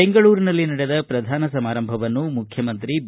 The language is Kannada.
ಬೆಂಗಳೂರಿನಲ್ಲಿ ನಡೆದ ಪ್ರಧಾನ ಸಮಾರಂಭವನ್ನು ಮುಖ್ಯಮಂತ್ರಿ ಬಿ